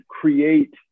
create